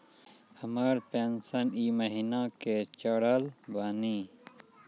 हमर पेंशन ई महीने के चढ़लऽ बानी?